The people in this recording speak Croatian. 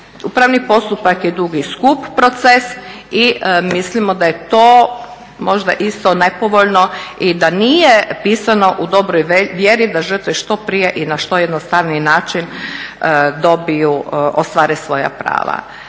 Upravni postupak je dug i skup proces i mislimo da je to možda isto … i da nije pisano u dobroj vjeri da žrtve što prije i na što jednostavniji način dobiju, ostvare svoja prava.